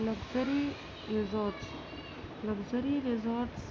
luxury resorts luxury resorts